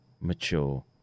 mature